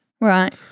right